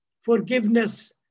Forgiveness